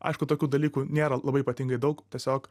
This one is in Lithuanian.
aišku tokių dalykų nėra labai ypatingai daug tiesiog